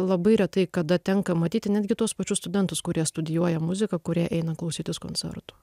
labai retai kada tenka matyti netgi tuos pačius studentus kurie studijuoja muziką kurie eina klausytis koncertų